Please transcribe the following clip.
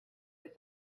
his